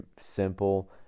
simple